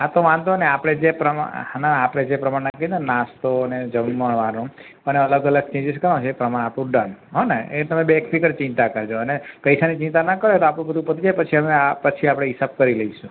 હા તો વાંધો નહીં આપણે જે પ્રમાણે ના આપણે જે પ્રમાણેનાં કીધું ને નાસ્તો ને જમણવારનું અને અલગ અલગ ચેન્જીસ કરવાના છે તે પ્રમાણે આપણું ડન હોં ને એ તમે બેફિકર ચિંતા કરજો અને પૈસાની ચિંતા ના કરતા એ તો આપણું બધું પતી જાય પછી આ પછી આપણે હિસાબ કરી લઈશું